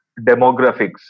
demographics